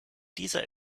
dieser